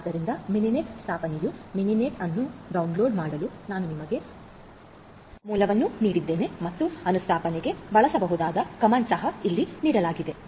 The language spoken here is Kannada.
ಆದ್ದರಿಂದ ಮಿನಿನೆಟ್ ಸ್ಥಾಪನೆಯು ಮಿನಿನೆಟ್ ಅನ್ನು ಡೌನ್ಲೋಡ್ ಮಾಡಲು ನಾನು ನಿಮಗೆ ಮೂಲವನ್ನು ನೀಡಿದ್ದೇನೆ ಮತ್ತು ಅನುಸ್ಥಾಪನೆಗೆ ಬಳಸಬಹುದಾದ ಕಮಾಂಡ್ ಸಹ ಇಲ್ಲಿ ನೀಡಲಾಗಿದೆ